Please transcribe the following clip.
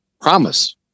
Promise